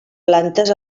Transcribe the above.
plantes